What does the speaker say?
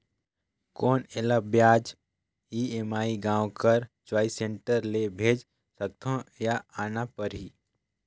कौन एला ब्याज ई.एम.आई गांव कर चॉइस सेंटर ले भेज सकथव या आना परही?